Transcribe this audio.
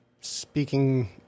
Speaking